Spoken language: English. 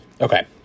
Okay